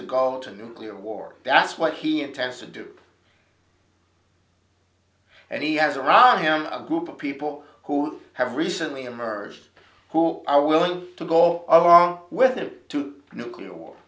to go to nuclear war that's what he intends to do and he has around him a group of people who have recently emerged who are willing to go along with him to nuclear war